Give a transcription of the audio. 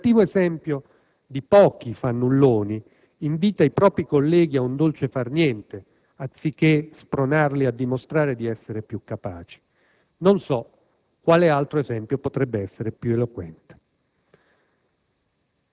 dove il cattivo esempio di pochi fannulloni invita i propri colleghi ad un dolce far niente, anziché spronarli a dimostrare di essere più capaci, non so quale altro esempio potrebbe essere più eloquente.